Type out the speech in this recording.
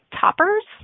toppers